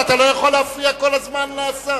אבל אתה לא יכול כל הזמן להפריע לשר.